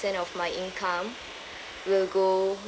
of my income will go